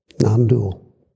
Non-dual